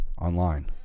online